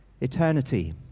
eternity